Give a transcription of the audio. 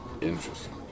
Interesting